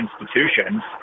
institutions